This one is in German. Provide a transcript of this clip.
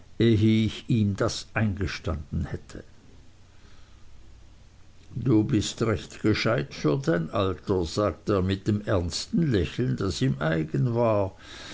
ich ihm das eingestanden hätte du bist recht gescheit für dein alter sagte er mit dem ernsten lächeln das ihm eigen war